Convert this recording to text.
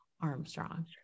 Armstrong